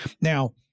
Now